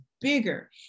bigger